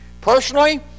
Personally